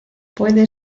puede